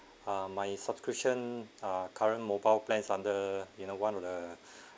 ah my subscription uh current mobile plans under in a one of the